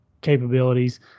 capabilities